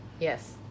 Yes